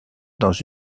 dans